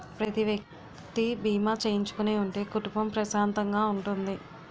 ప్రతి వ్యక్తి బీమా చేయించుకుని ఉంటే కుటుంబం ప్రశాంతంగా ఉంటుంది